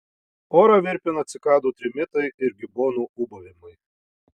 orą virpina cikadų trimitai ir gibonų ūbavimai